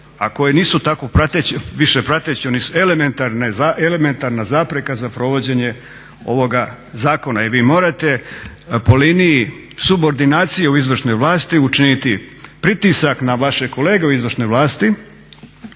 a koji nisu više tako prateći, oni su elementarna zapreka za provođenje ovoga zakona. Jer vi morate po liniji subordinacije u izvršnoj vlasti učiniti pritisak na vaše kolege u izvršnoj vlasti